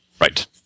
Right